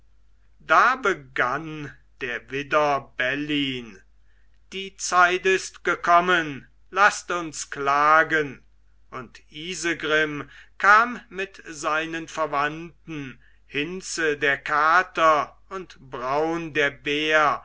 da begann der widder bellyn die zeit ist gekommen laßt uns klagen und isegrim kam mit seinen verwandten hinze der kater und braun der bär